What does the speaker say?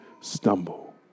stumble